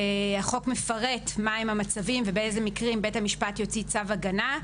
החוק מפרט מהם המצבים ובאיזה מקרים בית המשפט יוציא צו הגנה.